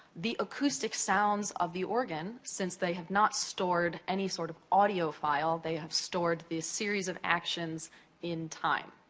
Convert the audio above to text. the acoustic sounds of the organ, since they have not stored any sort of audio file, they have stored the series of actions in time.